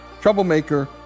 troublemaker